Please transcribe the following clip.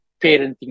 parenting